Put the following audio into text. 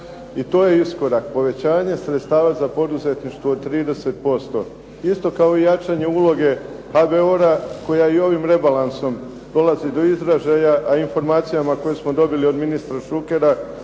i to je iskorak, povećanje sredstava za poduzetništvo od 30%. Isto kao i jačanje uloge HBOR-a koja i ovim rebalansom dolazi do izražaja, a informacijama koje smo dobili od ministra Šukera